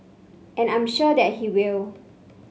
and I'm sure that he will